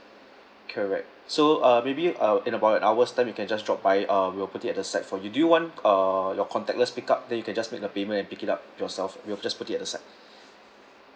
correct so uh may be uh in about an hours time you can just drop by uh we will put it at the side for you do you want uh your contactless pick up then you can just make the payment and pick it up yourself we will just put it at the side